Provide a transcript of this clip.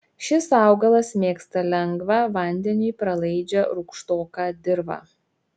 šis augalas mėgsta lengvą vandeniui pralaidžią rūgštoką dirvą